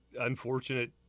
unfortunate